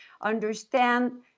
understand